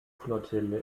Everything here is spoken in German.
flottille